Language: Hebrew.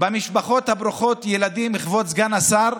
משפחות ברוכות הילדים, כבוד סגן השר,